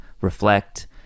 reflect